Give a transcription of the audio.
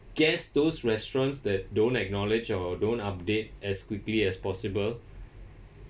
guess those restaurants that don't acknowledge your don't update as quickly as possible